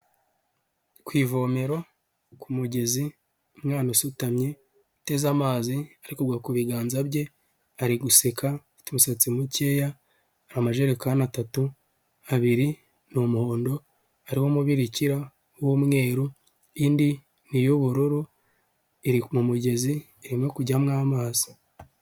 Ku ivomero, ku mugezi, umwana usutamye, uteze amazi ari kugwa ku biganza bye, ari guseka, afite umusatsi mukeya, hari amajerekani atatu, abiri ni umuhondo, ariho umubirikira w'umweru, indi ni iy'ubururu, iri mu mugezi, irimo kujyamo amazi.